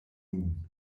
nun